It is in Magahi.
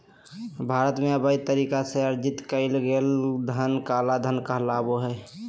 भारत में, अवैध तरीका से अर्जित कइल गेलय धन काला धन कहलाबो हइ